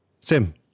Sim